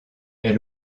est